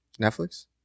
Netflix